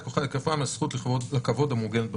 את כוחה ואת היקפה מהזכות לכבוד המעוגנת בחוק-יסוד: